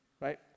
right